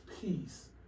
peace